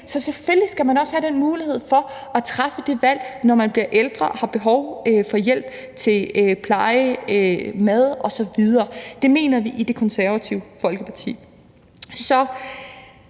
så selvfølgelig skal man også have den mulighed for at træffe det valg, når man bliver ældre og har behov for hjælp til pleje, mad osv. Det mener vi i Det Konservative Folkeparti.